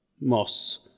moss